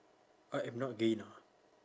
I am not gay you know